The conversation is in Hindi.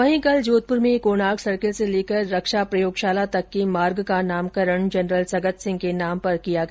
वहीं कल जोधपुर में कोणार्क सर्किल से लेकर रक्षा प्रयोगशाला तक के मार्ग का नामकरण जनरल सगत सिंह के नाम पर किया गया